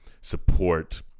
support